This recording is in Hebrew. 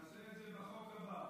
נעשה את זה בחוק הבא.